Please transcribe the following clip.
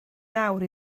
nawr